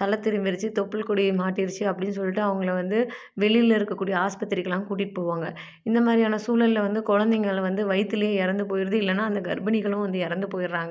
தலை திரும்பிருச்சு தொப்புள்கொடி மாட்டிருச்சு அப்படின்னு சொல்லிட்டு அவங்கள வந்து வெளியில இருக்கக்கூடிய ஆஸ்பத்திரிக்கு எல்லாம் கூட்டிகிட்டு போவாங்க இந்த மாதிரியான சூழல்ல வந்து குழந்தைங்கள வந்து வயித்துலையே இறந்து போயிடுது இல்லைனா அந்த கர்பினிகளும் வந்து இறந்து போயிட்றாங்க